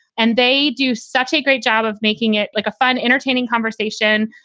and they do such a great job of making it like a fun, entertaining conversation.